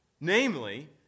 Namely